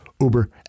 Uber